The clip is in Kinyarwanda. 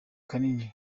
kanini